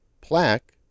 plaque